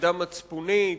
עמדה מצפונית,